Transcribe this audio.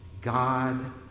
God